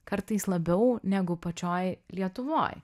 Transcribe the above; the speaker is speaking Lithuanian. kartais labiau negu pačioj lietuvoje